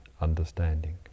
understanding